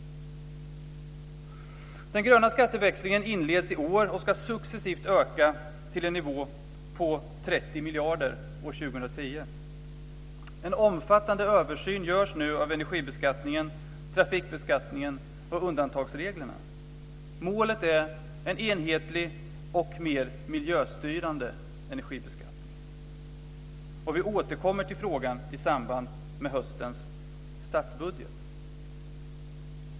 Den gröna skatteväxlingen inleds i år och ska successivt öka till en nivå på 30 miljarder år 2010. En omfattande översyn görs nu av energibeskattningen, trafikbeskattningen och undantagsreglerna. Målet är en enhetlig och mer miljöstyrande energibeskattning. Och vi återkommer till frågan i samband med höstens statsbudget.